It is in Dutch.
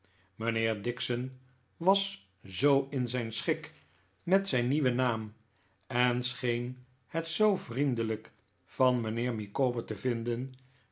mijnheer dixon was zoo in zijn schik met zijn nieuwen naam en scheen het zoo vriendelijk van mijnheer micawber te vinden